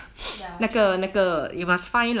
ya true